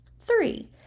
Three